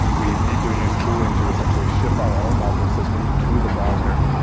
we need to use tooling to essentially ship our own module system to the browser,